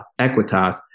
Equitas